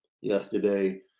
yesterday